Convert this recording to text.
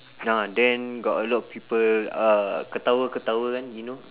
ah then a lot of people uh ketawa ketawa [one] you know